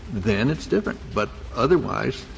then it's different. but otherwise,